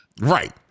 Right